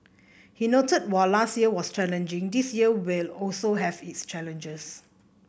he noted while last year was challenging this year will also have its challenges